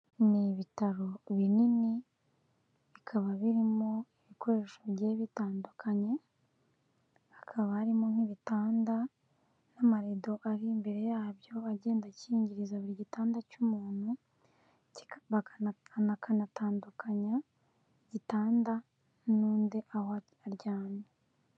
Ni ibitaro binini bikaba birimo ibikoresho bigiye bitandukanye hakaba harimo nk'ibitanda n'amarido ari imbere yabyo agenda akingiriza buri gitanda cy'umuntu akana tandukanya igitanda nundi aho aryamye.